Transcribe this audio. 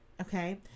Okay